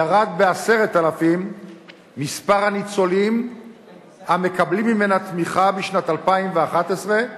ירד ב-10,000 מספר הניצולים המקבלים ממנה תמיכה בשנת 2011,